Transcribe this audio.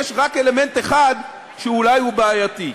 יש רק אלמנט אחד שאולי הוא בעייתי.